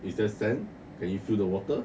is the sand can you feel the water